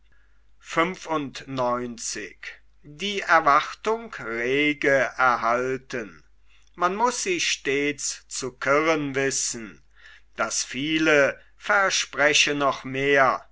man muß sie stets zu kirren wissen das viele verspreche noch mehr